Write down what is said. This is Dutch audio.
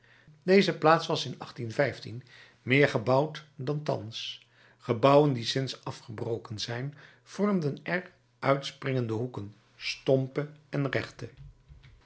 deze plaats was in meer bebouwd dan thans gebouwen die sinds afgebroken zijn vormden er uitspringende hoeken stompe en rechte